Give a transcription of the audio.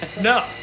No